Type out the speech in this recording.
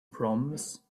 proms